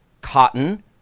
cotton